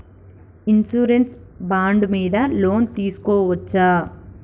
Insurance bond మీద loan తీస్కొవచ్చా?